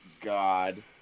God